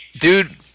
Dude